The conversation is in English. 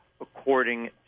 according